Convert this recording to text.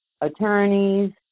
attorneys